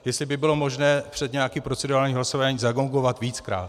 Jestli by bylo možné před nějakým procedurálním hlasováním zagongovat víckrát.